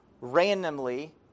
randomly